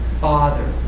father